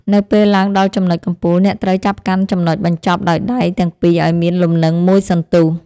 នៅពេលឡើងដល់ចំណុចកំពូល អ្នកត្រូវចាប់កាន់ចំណុចបញ្ចប់ដោយដៃទាំងពីរឱ្យមានលំនឹងមួយសន្ទុះ។